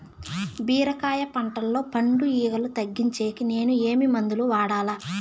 బీరకాయ పంటల్లో పండు ఈగలు తగ్గించేకి నేను ఏమి మందులు వాడాలా?